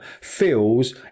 feels